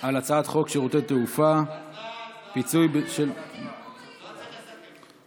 על הצעת חוק שירותי תעופה (פיצוי וסיוע בשל ביטול טיסה או